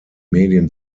medien